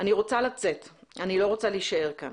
"אני רוצה לצאת, אני לא רוצה להישאר כאן.